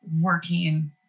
working